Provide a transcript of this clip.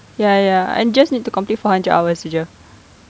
ya ya I just need to complete four hundred hours